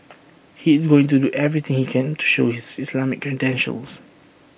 he is going to do everything he can to show his Islamic credentials